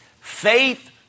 Faith